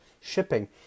shipping